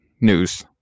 news